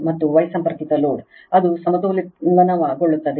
ಮತ್ತು Y ಸಂಪರ್ಕಿತ load ಅದು ಸಮತೋಲನಗೊಳ್ಳುತ್ತದೆ